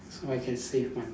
so I can save money